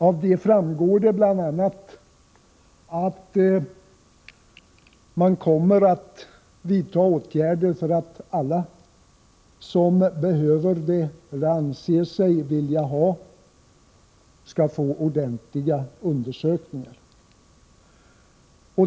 Av det framgår bl.a. att man kommer att vidta åtgärder för att alla som behöver det eller anser sig vilja ha det skall få ordentliga undersökningar.